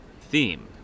theme